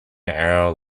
arrow